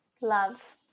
Love